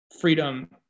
freedom